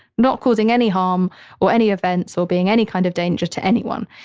not causing any harm or any events or being any kind of danger to anyone.